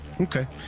Okay